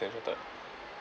standard chartered